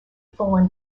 fallen